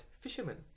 fishermen